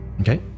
Okay